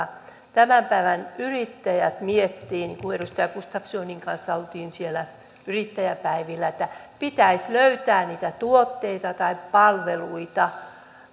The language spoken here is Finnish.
tämän päivän yrittäjät miettivät niin kuin edustaja gustafssonin kanssa olimme siellä yrittäjäpäivillä että pitäisi löytää niitä tuotteita tai palveluita